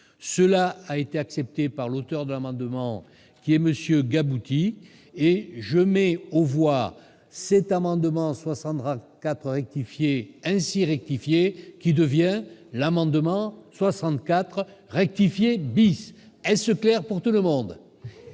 cela a été accepté par l'auteur de l'amendement qui est Monsieur, Gabe outils et je mets ou voir cet amendement 60 4 rectifier ainsi rectifié qui devient l'amendement 64 rectifier bis est ce clair pour tout le monde